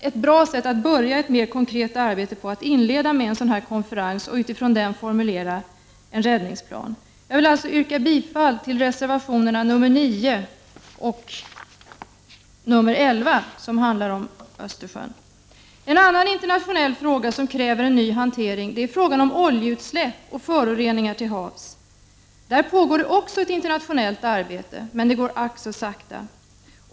Ett bra sätt att börja ett mer konkret arbete är, tror jag, att inleda en sådan konferens och utifrån den formulera en räddningsplan. Jag vill alltså yrka bifall till reservationerna 9 och 11, som handlar om Östersjön. En annan internationell fråga som kräver en ny hantering är frågan om oljeutsläpp och föroreningar till havs. Där pågår också ett internationellt arbete, men det går ack så långsamt.